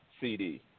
CD